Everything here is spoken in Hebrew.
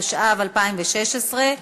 התשע"ו 2016,